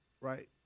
Right